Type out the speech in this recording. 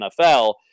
NFL